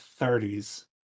30s